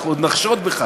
אנחנו עוד נחשוד בך.